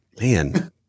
man